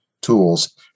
tools